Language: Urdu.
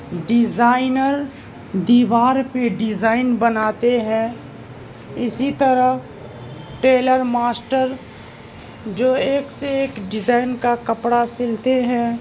ڈیزائنر دیوار پہ ڈیزائن بناتے ہیں اسی طرح ٹیلر ماسٹر جو ایک سے ایک ڈیزائن کا کپڑا سلتے ہیں